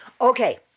Okay